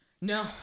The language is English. No